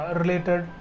related